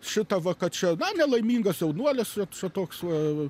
šitą va kad čia na nelaimingas jaunuolis jog čia toks va